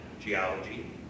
geology